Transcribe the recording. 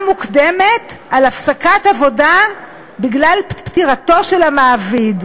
מוקדמת על הפסקת עבודה בגלל פטירתו של המעביד,